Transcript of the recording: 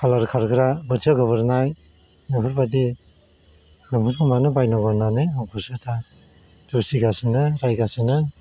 खालार खारग्रा बोथिया गोबोरनाय बेफोरबायदि लंफेनखौ मानो बायनांगौ होन्नानै आंखौसो दा दुसिगासिनो रायगासिनो